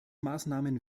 maßnahmen